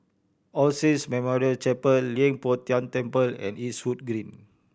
All Saints Memorial Chapel Leng Poh Tian Temple and Eastwood Green